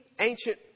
ancient